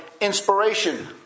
inspiration